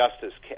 justice